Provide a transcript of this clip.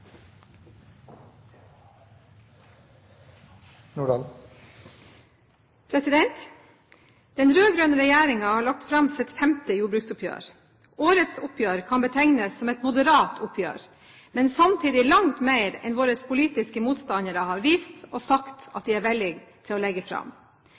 til. Den rød-grønne regjeringen har lagt fram sitt femte jordbruksoppgjør. Årets oppgjør kan betegnes som et moderat oppgjør, men samtidig langt mer enn våre politiske motstandere har vist og sagt at de er villige til å legge fram.